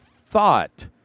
thought